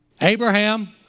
Abraham